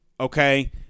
Okay